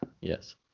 Yes